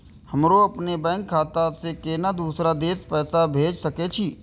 हमरो अपने बैंक खाता से केना दुसरा देश पैसा भेज सके छी?